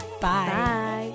bye